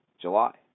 July